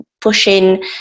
pushing